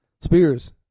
Spears